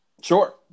sure